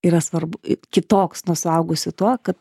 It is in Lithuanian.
yra svarbu kitoks nuo suaugusių tuo kad